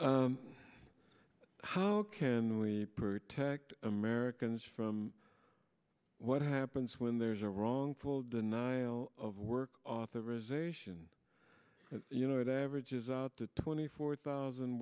one how can we protect americans from what happens when there's a wrongful denial of work authorization you know it averages out to twenty four thousand